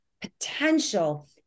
potential